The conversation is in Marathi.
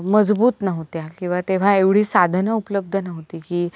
मजबूत नव्हत्या किंवा तेव्हा एवढी साधनं उपलब्ध नव्हती की